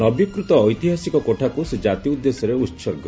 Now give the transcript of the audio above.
ନବୀକୃତ ଐତିହାସିକ କୋଠାକୁ ସେ ଜାତି ଉଦ୍ଦେଶ୍ୟରେ ଉସର୍ଗ